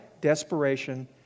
desperation